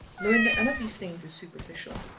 learn that none of these things is superficial,